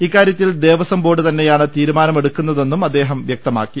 ഇക്കാര്യത്തിൽ ദേവസ്വംബോർഡ് തന്നെയാണ് തീരുമാനമെടുക്കുന്ന തെന്നും അദ്ദേഹം വ്യക്തമാക്കി